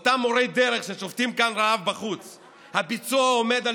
לאותם מורי דרך ששובתים כאן רעב בחוץ הביצוע עומד על